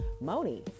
moni